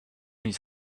his